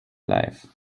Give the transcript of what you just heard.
life